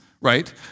right